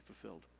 fulfilled